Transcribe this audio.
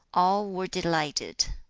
all were delighted.